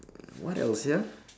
what else here